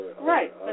Right